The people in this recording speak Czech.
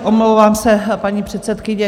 Omlouvám se, paní předsedkyně.